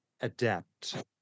adapt